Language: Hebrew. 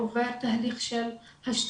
עובר תהליך של השתקה.